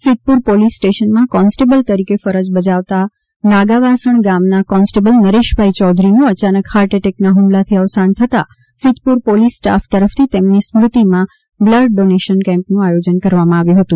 Siddhpur police સ્ટેશનમાં constable તરીકે ફરજ બજાવતા નાગાવાસણ ગામના કોન્સ્ટેબલ નરેશભાઈ ચૌધરીનું અચાનક હાર્ટએટેકના હુમલાથી અવસાન થતા સિદ્ધપુર પોલીસ સ્ટાફ તરફથી તેમની સ્મૃતિમાં બ્લડ ડોનેશન કેમ્પનુ આયોજન કરવામાં આવ્યું હતુ